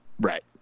Right